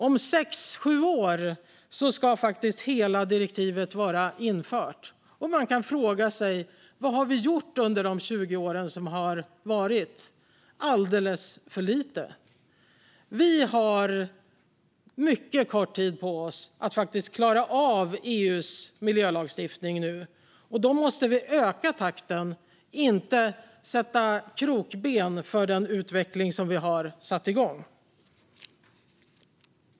Om sex eller sju år ska hela direktivet vara infört, och man kan fråga sig: Vad har vi gjort under de 20 åren som har varit alldeles för lite? Vi har nu mycket kort tid på oss att klara av EU:s miljölagstiftning. Då måste vi öka takten och inte sätta krokben för den utveckling som vi har satt igång.